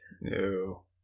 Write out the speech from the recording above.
No